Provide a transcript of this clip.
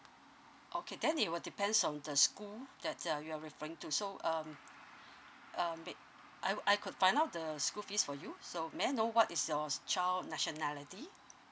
okay then it will depends on the school that uh you're referring to so um um wait I I could find out the school fees for you so may I know what is your child nationality